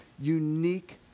unique